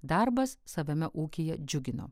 darbas savame ūkyje džiugino